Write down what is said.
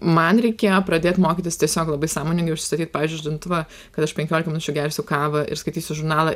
man reikėjo pradėt mokytis tiesiog labai sąmoningai užsistatyt pavyzdžiui žadintuvą kad aš penkiolika minučių gersiu kavą ir skaitysiu žurnalą